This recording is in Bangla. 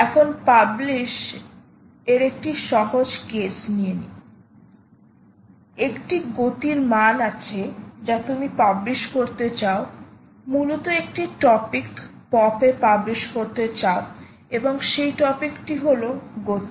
এখন পাবলিশ এর একটি সহজ কেস নি একটি গতির মান আছে যা তুমি পাবলিশ করতে চাও মূলত একটি টপিক পপ এ পাবলিশ করতে চাও এবং সেই টপিকটি হল গতি